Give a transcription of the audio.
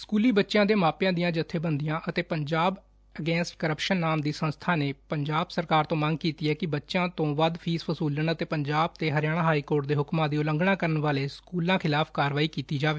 ਸਕੁਲੀ ਬੱਚਿਆਂ ਦੇ ਮਾਪਿਆਂ ਦੀਆਂ ਜੱਥੇਬੰਦੀਆਂ ਅਤੇ ਪੰਜਾਬ ਅਗੇਂਸਟ ਕਰੱਪਸ਼ਨ ਨਾਂ ਦੀ ਸੰਸਬਾ ਨੇ ਪੰਜਾਬ ਸਰਕਾਰ ਤੋਂ ਮੰਗ ਕੀਤੀ ਏ ਕਿ ਬੱਚਿਆਂ ਤੋਂ ਵੱਧ ਫੀਸ ਵਸੂਲਣ ਅਤੇ ਪੰਜਾਬ ਤੇ ਹਰਿਆਣਾ ਹਾਈਕੋਰਟ ਦੇ ਹੁਕਮਾਂ ਦੀ ਉਲੰਘਣਾ ਕਰਨ ਵਾਲੇ ਸਕੁਲਾਂ ਖਿਲਾਫ ਕਾਰਵਾਈ ਕੀਤੀ ਜਾਵੇ